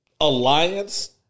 alliance